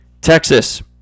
Texas